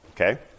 okay